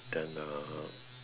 than uh